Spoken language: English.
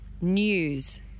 news